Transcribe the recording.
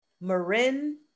Marin